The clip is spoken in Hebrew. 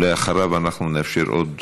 אחריו אנחנו נאפשר עוד